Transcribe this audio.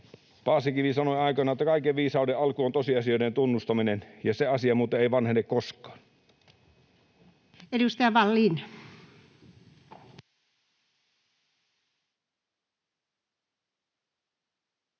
Paasikivi sanoi aikoinaan, että kaiken viisauden alku on tosiasioiden tunnustaminen, ja se asia muuten ei vanhene koskaan.